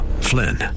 Flynn